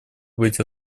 быть